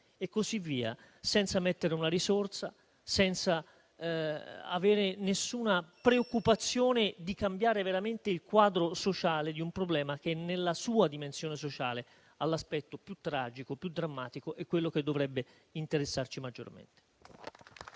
e così via, senza stanziare una risorsa, senza avere alcuna preoccupazione di cambiare veramente il quadro sociale di un problema che nella sua dimensione sociale ha l'aspetto più tragico e drammatico ed è quello che dovrebbe interessarci maggiormente.